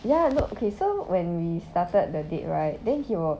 ya look okay so when we started that date right then he will